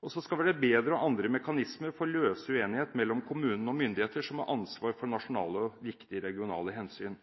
forutsatt. Så skal det bli bedre å ha andre mekanismer for å løse uenighet mellom kommunene og myndigheter som har ansvar for nasjonale og viktige regionale hensyn.